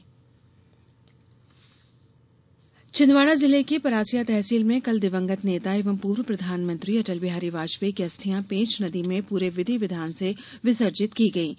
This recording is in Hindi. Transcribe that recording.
वाजपेयी अस्थियां छिंदवाड़ा जिले की परासिया तहसील में कल दिवंगत नेता एवं पूर्व प्रधानमंत्री अटल बिहारी वाजपेयी की अस्थियां पेंच नदी में पूरे विधि विधान से विसर्जित की गयीं